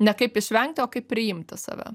ne kaip išvengti o kaip priimti save